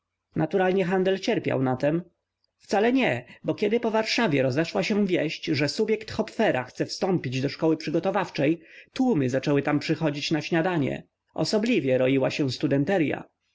naturalnie handel cierpiał na tem wcale nie bo kiedy po warszawie rozeszła się wieść że subjekt hopfera chce wstąpić do szkoły przygotowawczej tłumy zaczęły tam przychodzić na śniadanie osobliwie roiła się